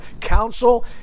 council